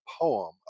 poem